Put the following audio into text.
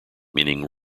meaning